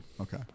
okay